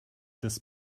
des